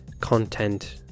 content